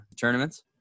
tournaments